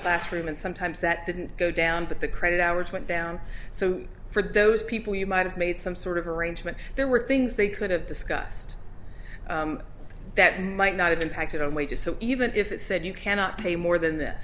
classroom and sometimes that didn't go down but the credit hours went down so for those people you might have made some sort of arrangement there were things they could have discussed that might not have impacted on wages so even if it said you cannot pay more than th